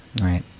Right